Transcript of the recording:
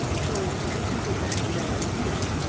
so as we go back to that idea,